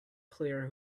clear